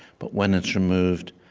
but when it's removed,